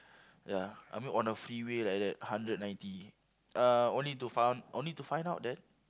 ya I mean on a freeway like that hundred ninety uh only to find only to find out that